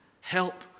help